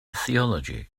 theology